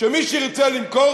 שמי שירצה למכור,